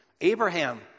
Abraham